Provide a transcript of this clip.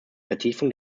vertiefung